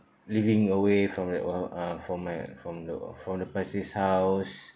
living away from the uh uh from my from the from the house